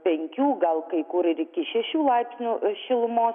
penkių gal kai kur ir iki šešių laipsnių šilumos